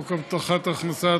חוק הבטחת הכנסה